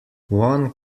one